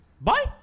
bye